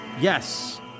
Yes